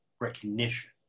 recognition